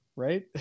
right